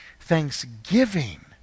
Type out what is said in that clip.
thanksgiving